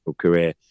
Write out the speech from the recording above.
career